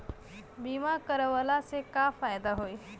बीमा करवला से का फायदा होयी?